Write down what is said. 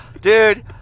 Dude